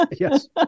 yes